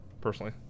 personally